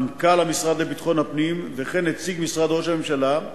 מנכ"ל המשרד לביטחון הפנים וכן נציג משרד ראש הממשלה,